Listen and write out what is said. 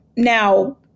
Now